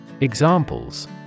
Examples